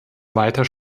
weiter